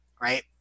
right